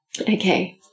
Okay